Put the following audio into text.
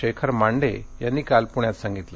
शेखर मांडे यांनी काल पृण्यात सांगितलं